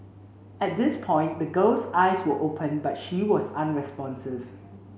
at this point the girl's eyes were open but she was unresponsive